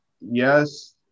Yes